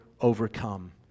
overcome